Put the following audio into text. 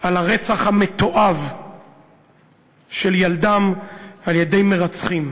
על הרצח המתועב של ילדם על-ידי מרצחים,